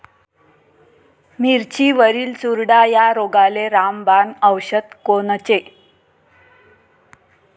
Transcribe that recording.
मिरचीवरील चुरडा या रोगाले रामबाण औषध कोनचे?